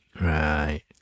Right